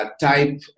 Type